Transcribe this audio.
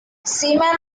seaman